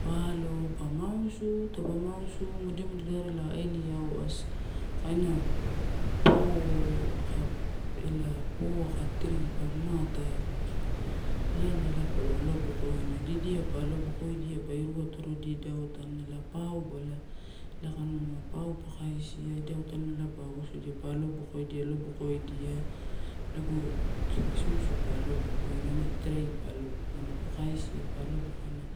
Pa alo pa mausu, taupa mausu mode modera ela eli auas, kaina po aka ela po aka tri pa mamata. Elana ela palo alobokoina, didia pa alo bokoidia pa iru atorodia ida otanalai, pau a ela, ela kainua. Pau pa kaisi idai otanalai pa awosudia pa alobokoidia, alobokoidia lago isuisu pa alobokoina ena trei pa alobokoina. Pa kaisi pa alobokoina